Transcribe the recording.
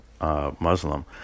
Muslim